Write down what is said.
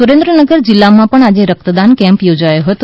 સુરેન્દ્રનગર જીલ્લામાં પણ આજે રક્તદાન કેમ્પ યોજાયો હતો